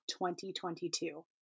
2022